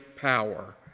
power